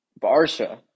Barsha